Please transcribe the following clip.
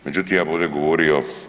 Međutim, ja bih ovdje govorio.